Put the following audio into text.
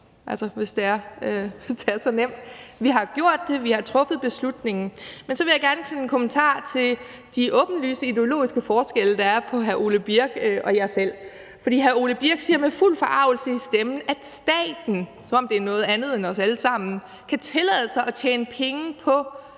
altså hvis det er så nemt. Vi har gjort det, vi har truffet beslutningen. Men så vil jeg gerne knytte en kommentar til de åbenlyse ideologiske forskelle, der er på hr. Ole Birk Olesen og mig selv. Hr. Ole Birk Olesen siger med fuld forargelse i stemmen, at staten – som om det er noget andet end os alle sammen – kan tillade sig at tjene penge på